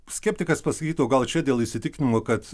skeptikas pasakytų o gal čia dėl įsitikinimo kad